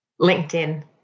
LinkedIn